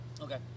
Okay